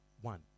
one